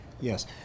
Yes